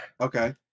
Okay